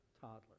toddler